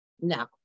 No